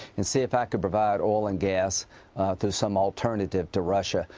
and see if i could provide oil and gas to some alternative to russia.